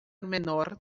menor